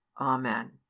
Amen